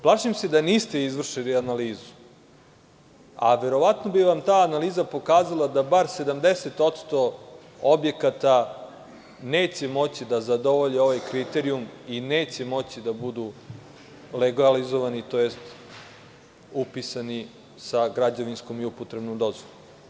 Plašim se da niste izvršili analizu, a verovatno bi vam ta analiza pokazala da bar 70% objekata neće moći da zadovolji ovaj kriterijum i neće moći da budu legalizovani, tj. upisani sa građevinskom i upotrebnom dozvolom.